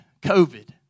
COVID